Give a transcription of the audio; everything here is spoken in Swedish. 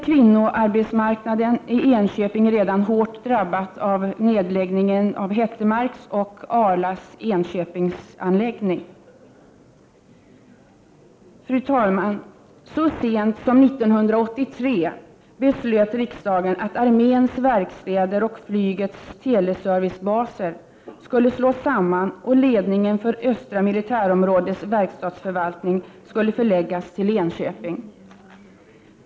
Kvinnoarbetsmarknaden i Enköping är redan hårt drabbad av nedläggningen av Hettemarks och Arlas Enköpingsanläggning. Fru talman! Så sent som 1983 beslöt riksdagen att arméns verkstäder och flygets teleservicebaser skulle slås samman och att ledningen för Östra militärområdets verkstadsförvaltning skulle förläggas till Enköping.